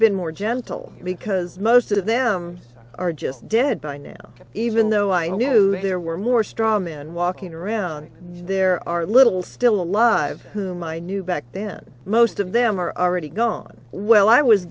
been more gentle because most of them are just dead by now even though i knew there were more straw men walking around there are little still alive whom i knew back then most of them are already gone well i was